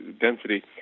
density